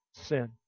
sin